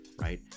right